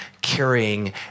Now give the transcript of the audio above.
carrying